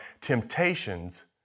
temptations